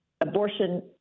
abortion